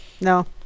No